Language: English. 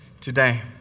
today